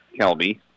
Kelby